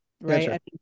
right